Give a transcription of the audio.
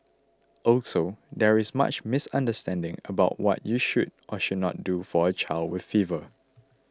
also there is much misunderstanding about what you should or should not do for a child with fever